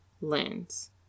lens